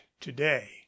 today